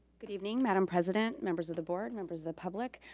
good evening, madam president, members of the board, members the public.